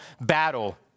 battle